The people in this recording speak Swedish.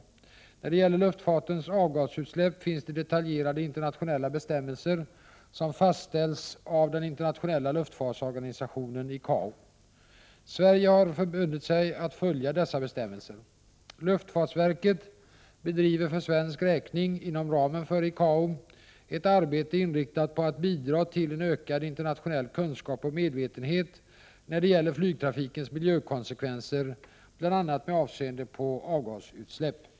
När det gäller luftfartens avgasutsläpp finns det detaljerade internationella bestämmelser som fastställts av den internationella luftfartsorganisationen ICAO. Sverige har förbundit sig att följa dessa bestämmelser. Luftfartsverket bedriver för svensk räkning, inom ramen för ICAO, ett arbete inriktat på att bidra till en ökad internationell kunskap och medvetenhet när det gäller flygtrafikens miljökonsekvenser bl.a. med avseende på avgasutsläpp.